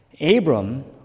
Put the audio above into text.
Abram